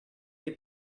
che